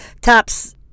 tops